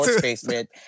basement